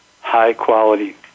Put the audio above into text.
high-quality